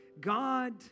God